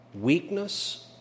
weakness